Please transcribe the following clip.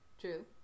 True